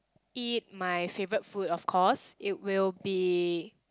eat my favourite food of course it will be